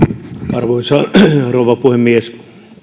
arvoisa rouva puhemies